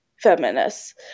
Feminists